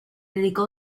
dedicó